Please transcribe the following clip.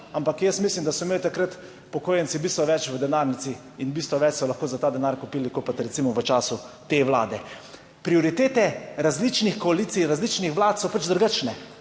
ampak jaz mislim, da so imeli takrat upokojenci bistveno več v denarnici in bistveno več so lahko za ta denar kupili kopiti, recimo v času te vlade. Prioritete različnih koalicij, različnih vlad so pač drugačne,